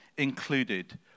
included